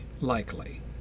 likely